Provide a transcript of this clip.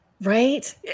Right